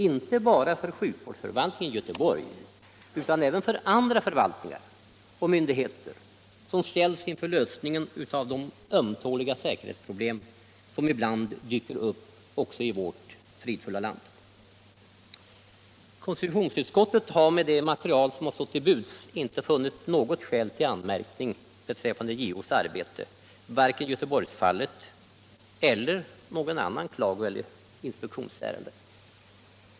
inte bara för sjukvårdsförvaltningen i Göteborg utan även för andra förvaltningar och myndigheter som skall lösa de ömtåliga säkerhetsproblem som ibland uppstår också i vårt fridfulla land. Konstitutionsutskottet har med det material som stått till buds inte funnit något skäl till anmärkning mot JO:s arbete, varken i Göteborgsfallet eller i något annat klagoeller inspektionsärende.